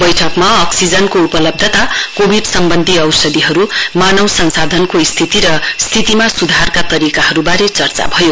बैठकमा अक्सीजनको उपलब्धता कोविड सम्बन्धी औषधीहरू मानव संसाधनको स्थिति र स्थितिमा स्धारका तरीकाहरूबारे चर्चा भयो